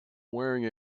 wearing